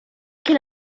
can